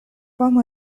homo